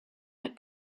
had